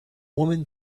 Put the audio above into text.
woman